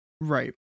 right